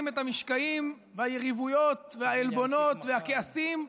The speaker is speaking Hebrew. את המשקעים והיריבויות והעלבונות והכעסים,